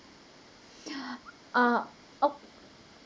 uh